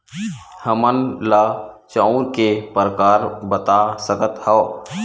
हमन ला चांउर के प्रकार बता सकत हव?